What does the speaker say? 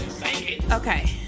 Okay